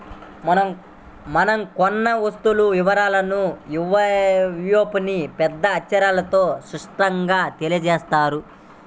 మనం కొన్న వస్తువు వివరాలను ఇన్వాయిస్పై పెద్ద అక్షరాలతో స్పష్టంగా తెలియజేత్తారు